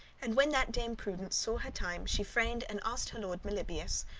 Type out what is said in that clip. and when that dame prudence saw her time she freined and asked her lord meliboeus,